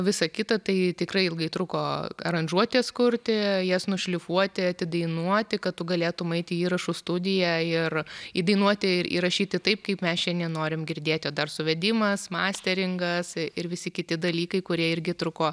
visa kita tai tikrai ilgai truko aranžuotės kurti jas nušlifuoti atidainuoti kad tu galėtum ait į įrašų studiją ir įdainuoti ir įrašyti taip kaip mes šiandien norim girdėti o dar suvedimas masteringas ir visi kiti dalykai kurie irgi truko